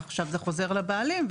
עכשיו זה חוזר לבעלים.